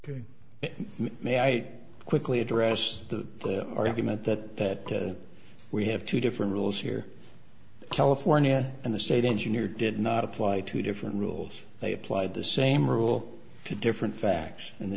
may i quickly address the argument that we have two different rules here california and the state engineer did not apply to different rules they applied the same rule to different facts in the